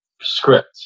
script